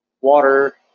water